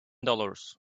dollars